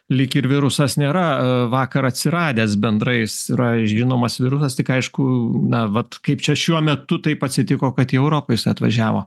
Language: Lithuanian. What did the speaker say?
lyg ir virusas nėra vakar atsiradęs bendrai yra žinomas virusas tik aišku na vat kaip čia šiuo metu taip atsitiko kad į europą jis atvažiavo